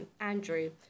Andrew